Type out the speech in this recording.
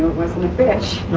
wasn't a fish.